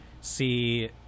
see